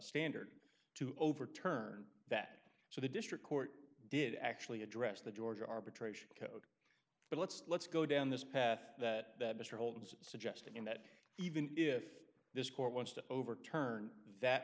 standard to overturn that so the district court did actually address the georgia arbitration code but let's let's go down this path that mr holds suggesting that even if this court wants to overturn that